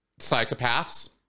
Psychopaths